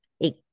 eight